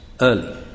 early